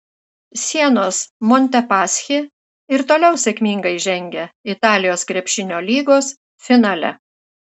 sienos montepaschi ir toliau sėkmingai žengia italijos krepšinio lygos finale